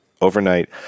Overnight